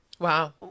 Wow